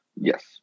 Yes